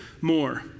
more